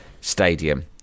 stadium